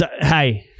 Hey